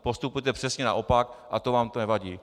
Postupujete přesně naopak a to vám nevadí!